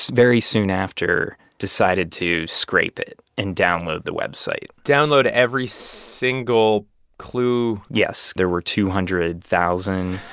very soon after decided to scrape it and download the website download every single clue yes. there were two hundred thousand,